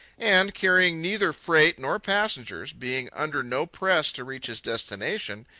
and, carrying neither freight nor passengers, being under no press to reach his destination,